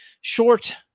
short